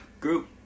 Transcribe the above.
group